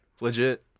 Legit